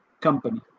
company